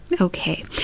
Okay